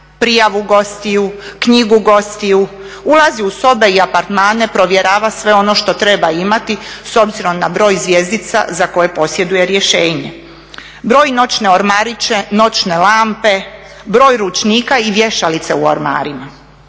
prijavu gostiju, knjigu gostiju, ulazi u sobe i apartmane, provjerava sve ono što treba imati s obzirom na broj zvjezdica za koje posjeduje rješenje. Broji noćne ormariće, noćne lampe, broj ručnika i vješalica u ormarima.